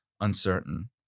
uncertain